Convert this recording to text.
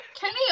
Kenny